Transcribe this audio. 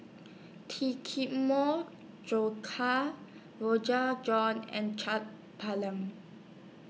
John and Chaat